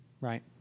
Right